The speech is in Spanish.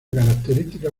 característica